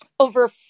Over